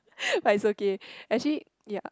but it's okay actually ya